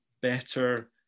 better